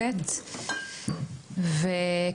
ילדים